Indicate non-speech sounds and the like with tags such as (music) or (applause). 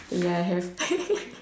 ya I have (laughs)